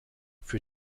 für